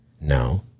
No